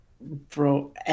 Bro